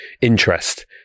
interest